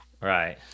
right